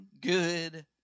good